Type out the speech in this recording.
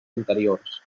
anteriors